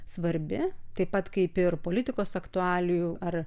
svarbi taip pat kaip ir politikos aktualijų ar